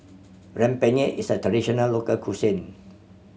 rempeyek is a traditional local cuisine